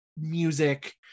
music